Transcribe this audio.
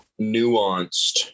nuanced